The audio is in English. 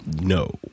No